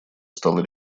стала